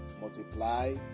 multiply